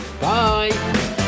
bye